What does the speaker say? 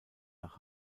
nach